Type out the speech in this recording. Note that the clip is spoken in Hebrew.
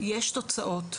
יש תוצאות,